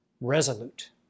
resolute